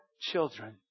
children